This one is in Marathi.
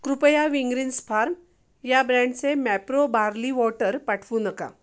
कृपया विंग्रीन्स फार्म या ब्रँडचे मॅप्रो बार्ली वॉटर पाठवू नका